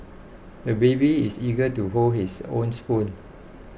the baby is eager to hold his own spoon